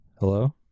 Hello